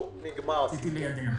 רציתי ליידע.